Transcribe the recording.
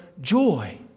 joy